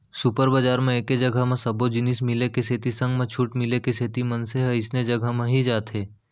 super बजार म एके जघा म सब्बो जिनिस के मिले के सेती संग म छूट मिले के सेती मनसे मन ह अइसने जघा म ही जाथे